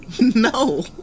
No